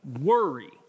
Worry